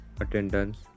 attendance